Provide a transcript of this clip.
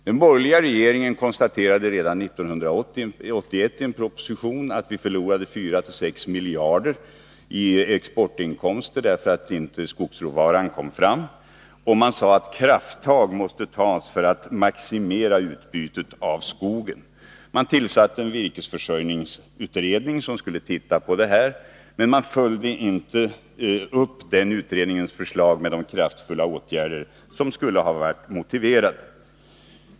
Den borgerliga regeringen konstaterade redan 1981 i en proposition att vi 1979-1980 förlorade 4-6 miljarder i exportinkomster därför att skogsråvaran inte kom fram. Och man sade att krafttag måste tas för att maximera utbytet av skogen. Man tillsatte en virkesförsörjningsutredning, som skulle se på frågan. Men man följde inte upp utredningsförslaget med de kraftfulla åtgärder som skulle ha varit motiverade.